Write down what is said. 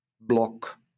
block